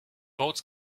votes